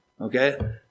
Okay